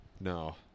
No